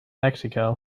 mexico